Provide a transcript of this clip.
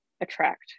attract